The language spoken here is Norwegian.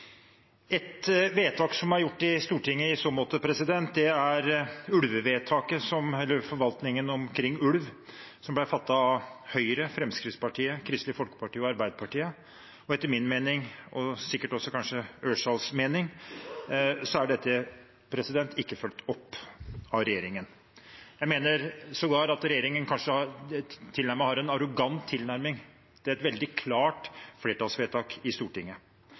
Et vedtak som er gjort i Stortinget i så måte, er vedtaket om forvaltningen av ulv, som ble fattet av Høyre, Fremskrittspartiet, Kristelig Folkeparti og Arbeiderpartiet. Etter min mening – og kanskje også etter representanten Ørsal Johansens mening – er dette ikke fulgt opp av regjeringen. Jeg mener sågar at regjeringen tilnærmet har en arrogant tilnærming til et veldig klart flertallsvedtak i Stortinget.